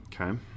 Okay